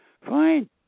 fine